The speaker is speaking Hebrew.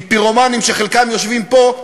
כי פירומנים שחלקם יושבים פה,